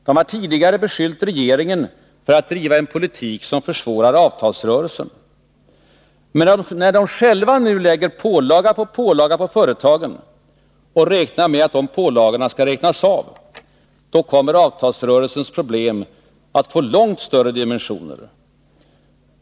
De har tidigare beskyllt regeringen för att driva en politik som försvårar avtalsrörelsen. Men när de själva lägger pålaga på pålaga på företagen och räknar med att de pålagorna skall avräknas, då kommer avtalsrörelsens problem att få långt större dimensioner.